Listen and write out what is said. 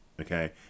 okay